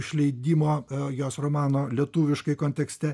išleidimo jos romano lietuviškai kontekste